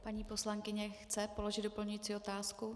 Paní poslankyně chce položit doplňující otázku?